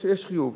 יש חיוב.